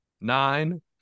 nine